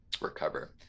recover